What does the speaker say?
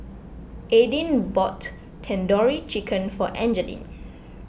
Aidyn bought Tandoori Chicken for Angeline